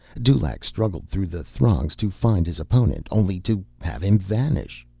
dulaq struggled through the throngs to find his opponent, only to have him vanish.